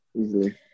easily